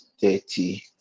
thirty